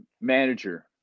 manager